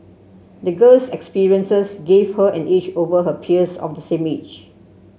the girl's experiences gave her an edge over her peers of the same age